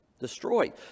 destroyed